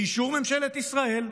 באישור ממשלת ישראל,